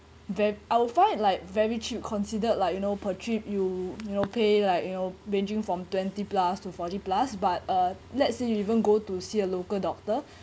I would find it like very cheap considered like you know per trip you know pay like you know ranging from twenty plus to forty plus but uh let say you even go to see a local doctor